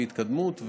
לפי התקדמות.